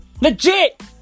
LEGIT